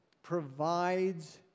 provides